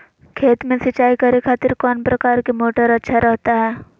खेत में सिंचाई करे खातिर कौन प्रकार के मोटर अच्छा रहता हय?